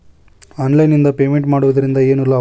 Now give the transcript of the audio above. Online ನಿಂದ payment ಮಾಡುವುದರಿಂದ ಏನು ಲಾಭ?